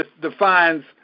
defines